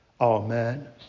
Amen